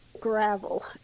gravel